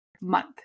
month